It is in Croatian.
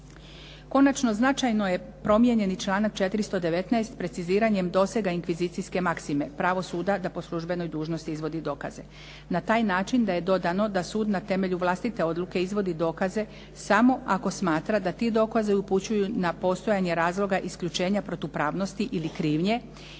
Konačno, značajno je promijenjen i članak 419. preciziranjem dosega inkvizicijske maksime, pravo suda da po službenoj dužnosti izvodi dokaze na taj način da je dodano da sud na temelju vlastite odluke izvodi dokaze samo ako smatra da ti dokazi upućuju na postojanje razloga isključenja protupravnosti ili krivnje